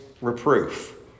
reproof